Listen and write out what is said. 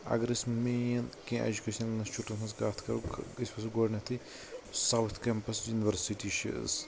اگر أسۍ مین کینٛہہ اٮ۪جکیشنل انسچوٗٹن ہنٛز کتھ کرو أسۍ ونو گۄڈٕنٮ۪تھٕے ساوتھ کیمپس یونیورسٹی چھِ